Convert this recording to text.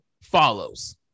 follows